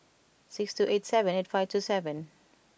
six two eight seven eight five two seven